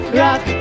rock